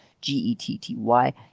G-E-T-T-Y